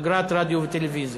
אגרת רדיו וטלוויזיה.